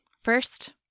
First